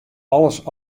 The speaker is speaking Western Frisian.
alles